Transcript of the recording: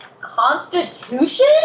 constitution